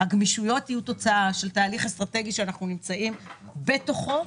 הגמישויות יהיו כתוצאה מתהליך אסטרטגי שאנחנו נמצאים בתוכו.